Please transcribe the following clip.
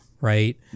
right